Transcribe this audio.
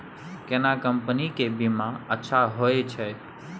केना कंपनी के बीमा अच्छा होय छै?